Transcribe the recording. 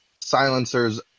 silencers